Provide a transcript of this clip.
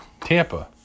Tampa